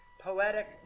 poetic